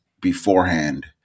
beforehand